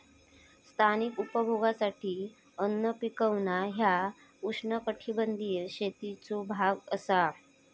स्थानिक उपभोगासाठी अन्न पिकवणा ह्या उष्णकटिबंधीय शेतीचो भाग असा